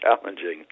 challenging